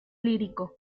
lírico